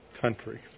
country